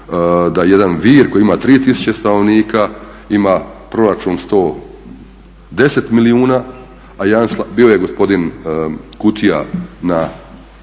da jedan Vir koji ima 3 tisuće stanovnika ima proračun 110 milijuna a jedan, bio je gospodin Kutija na